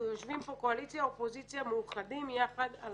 אנחנו יושבים פה קואליציה-אופוזיציה מאוחדים יחד על